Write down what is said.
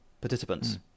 participants